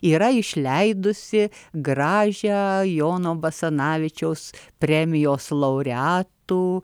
yra išleidusi gražią jono basanavičiaus premijos laureatų